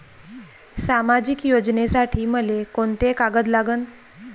सामाजिक योजनेसाठी मले कोंते कागद लागन?